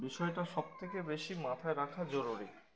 বিষয়টা সবথেকে বেশি মাথায় রাখা জরুরি